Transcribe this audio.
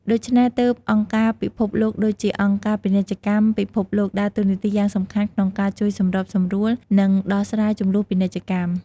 ដូច្នេះទើបអង្គការពិភពលោកដូចជា អង្គការពាណិជ្ជកម្មពិភពលោក ដើរតួនាទីយ៉ាងសំខាន់ក្នុងការជួយសម្របសម្រួល និងដោះស្រាយជម្លោះពាណិជ្ជកម្ម។